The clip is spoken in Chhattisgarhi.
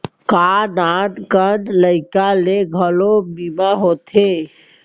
का नान कन लइका के घलो बीमा होथे?